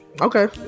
Okay